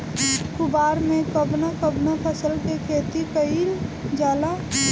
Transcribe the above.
कुवार में कवने कवने फसल के खेती कयिल जाला?